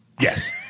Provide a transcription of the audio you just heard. Yes